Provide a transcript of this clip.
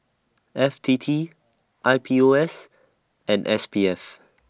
F T T I P O S and S P F